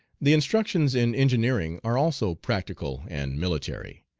the instructions in engineering are also practical and military.